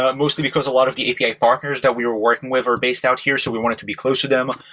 ah mostly because a lot of the api partners that we are working with are based out here. so we wanted to be close to them.